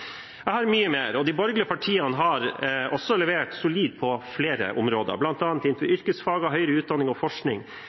Jeg har mye mer. De borgerlige partiene har levert solid på flere områder, bl.a. innenfor yrkesfag, høyere utdanning og forskning,